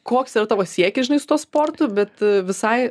koks yra tavo siekis žinai su tuo sportu bet visai